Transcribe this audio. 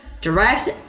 direct